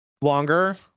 longer